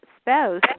spouse